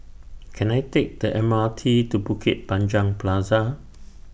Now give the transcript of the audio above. Can I Take The M R T to Bukit Panjang Plaza